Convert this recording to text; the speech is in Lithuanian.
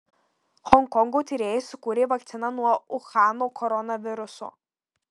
honkongo tyrėjai sukūrė vakciną nuo uhano koronaviruso